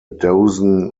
dozen